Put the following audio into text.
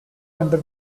under